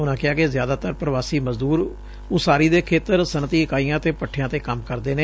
ਉਨੂਾ ਕਿਹਾ ਕਿ ਜ਼ਿਆਦਾਤਰ ਪ੍ਰਵਾਸੀ ਮਜ਼ਦੂਰ ਉਸਾਰੀ ਦੇ ਖੇਤਰ ਸਨੱਅਤੀ ਇਕਾਈਆਂ ਅਤੇ ਭਠਿਆਂ ਤੇ ਕੰਮ ਕਰਦੇ ਨੇ